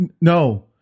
No